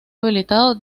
habitado